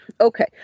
Okay